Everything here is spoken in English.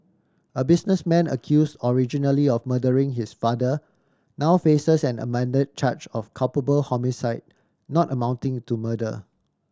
a businessman accused originally of murdering his father now faces an amended charge of culpable homicide not amounting to murder